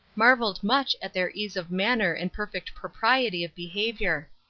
marvelled much at their ease of manner and perfect propriety of behaviour.